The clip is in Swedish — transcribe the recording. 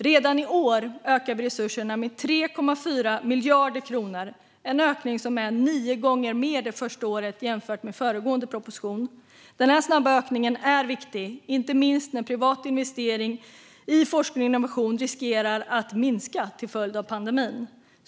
Redan i år ökar vi resurserna med 3,4 miljarder kronor, en ökning som är nio gånger större det första året jämfört med i den föregående propositionen. Denna snabba ökning är viktig, inte minst när privat investering i forskning och innovation riskerar att minska till följd av pandemin.